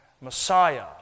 Messiah